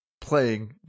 playing